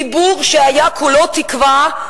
ציבור שהיה כולו תקווה,